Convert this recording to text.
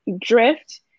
drift